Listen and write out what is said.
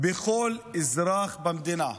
בכל אזרח במדינה.